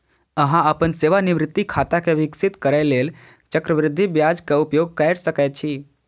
अहां अपन सेवानिवृत्ति खाता कें विकसित करै लेल चक्रवृद्धि ब्याजक उपयोग कैर सकै छी